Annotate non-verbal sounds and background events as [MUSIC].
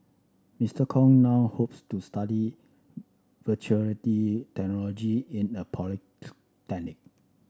Mister Kong now hopes to study veterinary technology in a [UNINTELLIGIBLE]